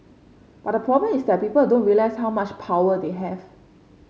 but the problem is that people don't realise how much power they have